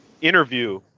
interview